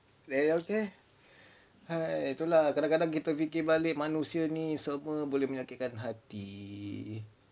then okay itu lah kadang-kadang kita fikir balik manusia ni semua menyakitkan hati